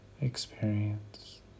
experience